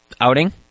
outing